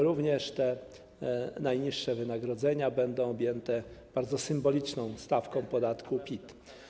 Również te najniższe wynagrodzenia będą objęte bardzo symboliczną stawką podatku PIT.